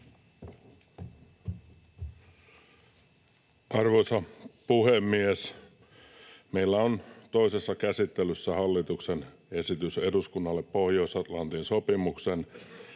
Arvoisa puhemies! Meillä on toisessa käsittelyssä hallituksen esitys eduskunnalle Pohjois-Atlantin sopimuksen